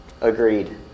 Agreed